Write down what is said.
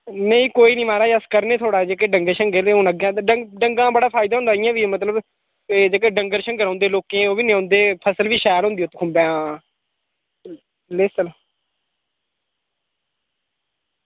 नेईं कोई नि महाराज अस करने आं थुआढ़ा जेह्के डंगे शंगे ते हून अग्गै डंग डंगे दा बड़ा फायदा होंदा इयां बी मतलब ते जेह्के डंगर शंगर होंदे लोकें ओह् बी लेयोंदे फसल बी शैल होंदी उत्थै हां लेसन